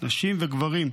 נשים וגברים.